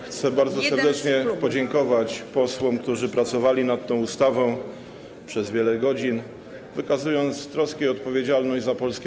Chcę bardzo serdecznie podziękować posłom, którzy pracowali nad tą ustawą przez wiele godzin, wykazując troskę i odpowiedzialność za polskie